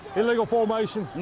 illegal formation